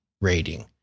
rating